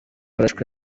arashwe